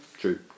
True